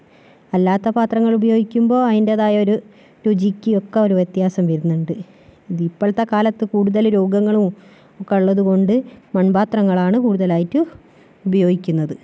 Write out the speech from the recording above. അല്ലാത്ത പാത്രങ്ങളുപയോഗിക്കുമ്പോൾ അയിൻ്റെതായൊരു രുചിക്ക് ഒക്കെ ഒരു വ്യത്യാസം വരുന്നുണ്ട് ദിപ്പഴത്തെ കാലത്ത് കൂടുതല് രോഗങ്ങളും ഒക്കെ ഉള്ളത് കൊണ്ട് മൺപാത്രങ്ങളാണ് കൂടുതലായിട്ട് ഉപയോഗിക്കുന്നത്